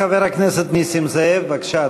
חבר הכנסת נסים זאב, בבקשה,